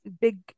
big